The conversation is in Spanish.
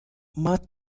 más